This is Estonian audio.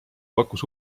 pakkus